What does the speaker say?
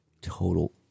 Total